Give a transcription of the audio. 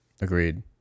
Agreed